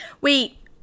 wait